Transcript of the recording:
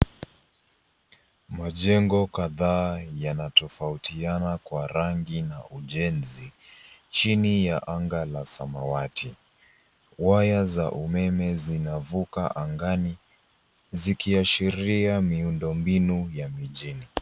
Majengo kadhaa yanatofautiana Kwa rangi na ujenzi chini ya anga la samawati. Waya za umeme zinavuka angani zikiashiria miundombinu ya mijini.